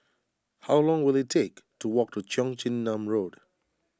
how long will it take to walk to Cheong Chin Nam Road